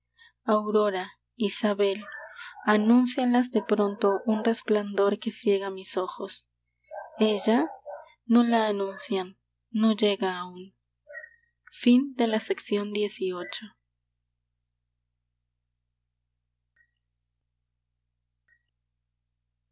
aurora isabel anúncialas de pronto un resplandor que ciega mis ojos no la anuncian no llega aún